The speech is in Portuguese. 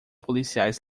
policiais